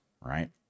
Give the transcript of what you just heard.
right